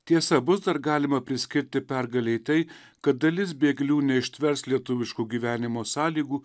tiesa bus dar galima priskirti pergalei tai kad dalis bėglių neištvers lietuviškų gyvenimo sąlygų